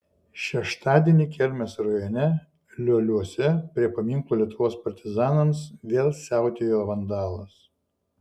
šeštadienį kelmės rajone lioliuose prie paminklo lietuvos partizanams vėl siautėjo vandalas